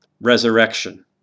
resurrection